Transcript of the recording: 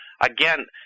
again